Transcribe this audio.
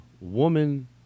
woman